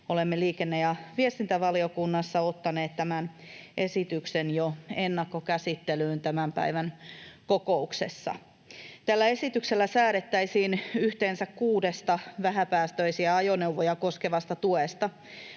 olemme liikenne- ja viestintävaliokunnassa ottaneet tämän esityksen jo ennakkokäsittelyyn tämän päivän kokouksessa. Tällä esityksellä säädettäisiin yhteensä kuudesta vähäpäästöisiä ajoneuvoja koskevasta tuesta.